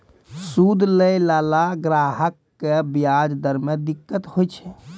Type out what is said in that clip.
सूद लैय लाला ग्राहक क व्याज दर म दिक्कत होय छै